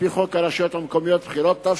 על-פי חוק הרשויות המקומיות (בחירות),